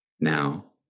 now